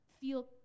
feel